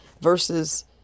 versus